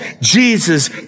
Jesus